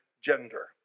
gender